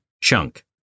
Chunk